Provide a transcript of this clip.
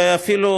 ואפילו,